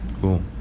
Cool